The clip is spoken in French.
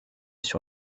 sur